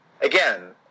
again